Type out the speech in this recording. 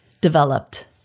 developed